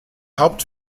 haupt